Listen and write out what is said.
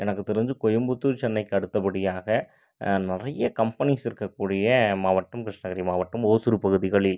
எனக்கு தெரிஞ்சசு கோயம்புத்தூர் சென்னைக்கு அடுத்த படியாக நிறைய கம்பெனிஸ் இருக்கக்கூடிய மாவட்டம் கிருஷ்ணகிரி மாவட்டம் ஓசூர் பகுதிகளில்